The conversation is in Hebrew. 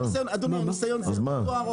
אדוני ניסיון זה תואר,